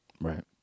Right